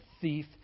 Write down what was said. thief